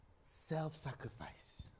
self-sacrifice